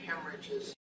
hemorrhages